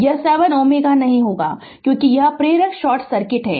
यह 7 Ω नहीं होगा क्योंकि यह प्रेरक शॉर्ट सर्किट है